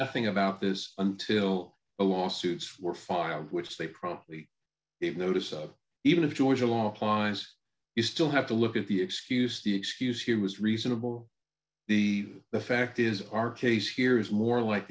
nothing about this until the lawsuits were filed which they promptly gave notice of even of georgia law applies you still have to look at the excuse the excuse here was reasonable the the fact is our case here is more like